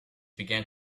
began